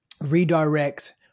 redirect